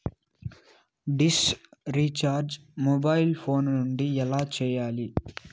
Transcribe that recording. dish recharge mobile phone నుండి ఎలా సేయాలి